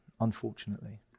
unfortunately